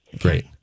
Great